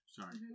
Sorry